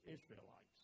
Israelites